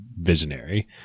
visionary